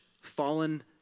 fallen